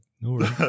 No